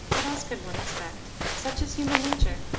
what else could one expect? such is human nature.